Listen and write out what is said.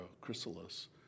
chrysalis